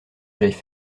j’aille